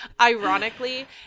Ironically